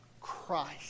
Christ